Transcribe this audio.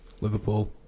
Liverpool